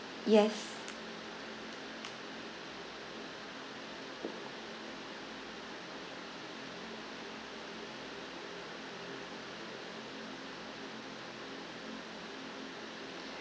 yes